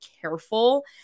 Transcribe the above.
careful